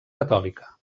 catòlica